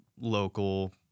local